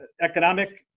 economic